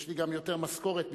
יש לי גם יותר משכורת ממך.